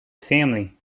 family